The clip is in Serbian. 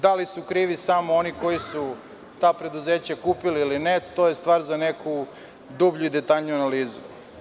Da li su krivi samo oni koji su ta preduzeća kupili ili ne, to je stvar za neku dublju i detaljniju analizu.